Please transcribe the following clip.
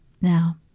Now